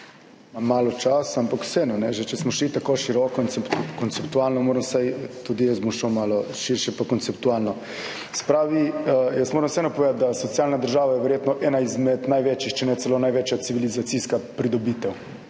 malo časa, ampak vseeno, že če smo šli tako široko in konceptualno, moram vsaj tudi jaz bom šel malo širše, pa konceptualno. Se pravi, jaz moram vseeno povedati, da socialna država je verjetno ena izmed največjih, če ne celo največja civilizacijska pridobitev.